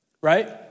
right